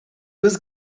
was